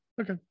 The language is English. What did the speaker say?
Okay